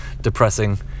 depressing